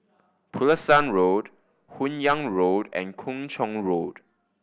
Pulasan Road Hun Yeang Road and Kung Chong Road